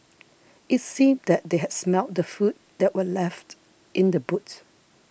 it seemed that they had smelt the food that were left in the boot